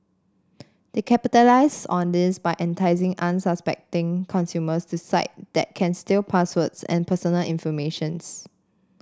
they capitalise on this by enticing unsuspecting consumers to site that can steal passwords and personal informations